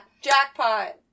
Jackpot